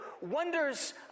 wonders